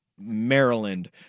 Maryland